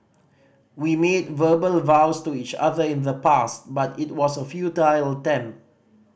we made verbal vows to each other in the past but it was a futile attempt